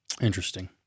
interesting